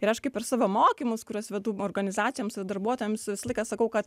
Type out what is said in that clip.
ir aš kai per savo mokymus kuriuos vedu organizacijoms darbuotojams visą laiką sakau kad